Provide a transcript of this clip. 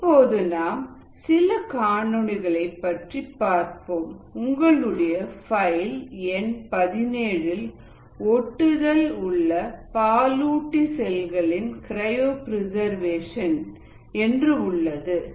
இப்போது நாம் சில காணொளிகளை பற்றி பார்ப்போம் உங்களுடைய ஃபைல் எண் 17ல் ஒட்டுதல் உள்ள பாலூட்டி செல்களின் கிரையோபிரிசர்வேஷன் என்று உள்ளது